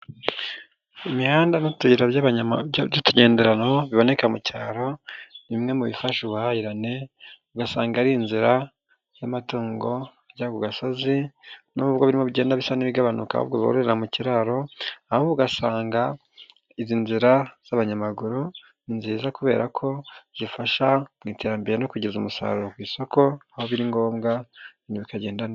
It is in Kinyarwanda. Imihanda n'utuyira by'utugenderano biboneka mu cyaro ni bimwe mu bifasha ubuhahirane ugasanga ari inzira y'amatungo ajya ku gasozi nubwo bigenda bisa n'ibigabanuka ahubwo bororera mu kiraro, ahubwo ugasanga izi nzira z'abanyamaguru ni nziza kubera ko zifasha mu iterambere no kugeza umusaruro ku isoko aho biri ngombwa ibintu bikagenda neza.